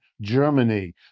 Germany